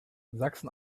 sachsen